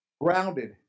grounded